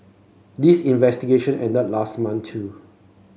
this investigation ended last month too